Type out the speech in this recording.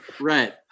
Right